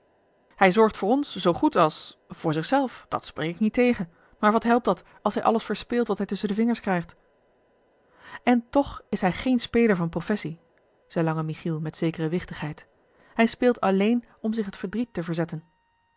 hij zorgt voor ons zoo goed als voor zich zelf dat a l g bosboom-toussaint de delftsche wonderdokter eel spreek ik niet tegen maar wat helpt dat als hij alles verspeelt wat hij tusschen de vingers krijgt en toch is hij geen speler van professie zeî lange michiel met zekere wichtigheid hij speelt alleen om zich het verdriet te verzetten